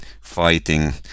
fighting